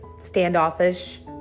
standoffish